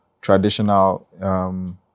traditional